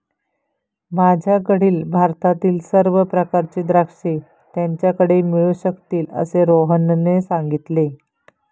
माझ्याकडील भारतातील सर्व प्रकारची द्राक्षे त्याच्याकडे मिळू शकतील असे रोहनने सांगितले